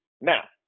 Now